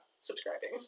subscribing